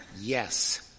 Yes